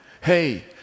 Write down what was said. hey